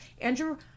Andrew